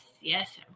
yes